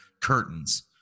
curtains